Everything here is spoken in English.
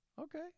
Okay